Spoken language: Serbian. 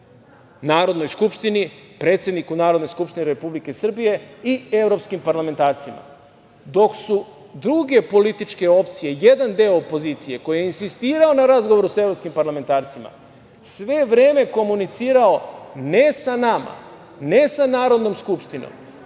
Narodnoj skupštini, predsedniku Narodne skupštine Republike Srbije i evropskim parlamentarcima. Dok su druge političke opcije, jedan deo opozicije koji je insistirao na razgovoru sa evropskim parlamentarcima, sve vreme komunicirao, ne sa nama, ne sa Narodnoj skupštinom,